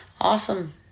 Awesome